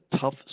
tough